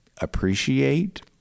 appreciate